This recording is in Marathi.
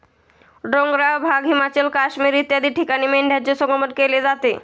डोंगराळ भाग, हिमाचल, काश्मीर इत्यादी ठिकाणी मेंढ्यांचे संगोपन अधिक केले जाते